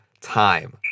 time